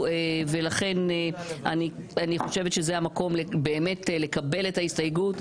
ולכן אני חושבת שזה המקום באמת לקבל את ההסתייגות.